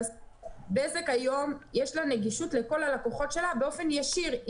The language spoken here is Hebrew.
לבזק היום יש נגישות לכל הלקוחות שלה באופן ישיר.